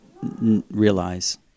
realize